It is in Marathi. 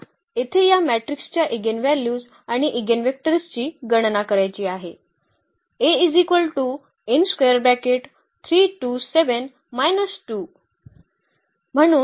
आपल्याला येथे या मॅट्रिक्सच्या ईगेनव्हल्यूज आणि ईगेनवेक्टरची गणना करायची आहे